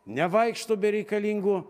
nevaikšto bereikalingu